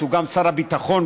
שהוא גם שר ביטחון,